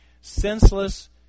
senseless